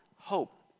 hope